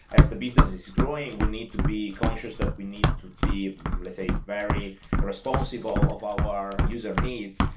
as the business is growing, we need to be cautious that we need to be, let's say, very responsible of our user needs.